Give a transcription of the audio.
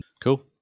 Cool